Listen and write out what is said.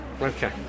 Okay